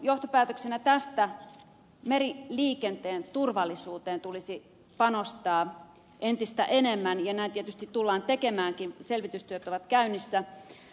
johtopäätöksenä tästä meriliikenteen turvallisuuteen tulisi panostaa entistä enemmän ja näin tietysti tullaan tekemäänkin selvitystyöt ovat käynnissä